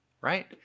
right